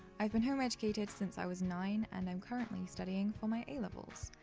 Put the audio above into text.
i've been home-educated since i was nine and i'm currently studying for my a-levels.